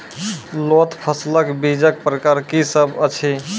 लोत फसलक बीजक प्रकार की सब अछि?